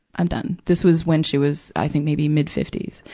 i'm done. this was when she was, i think, maybe mid fifty s.